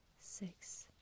six